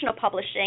publishing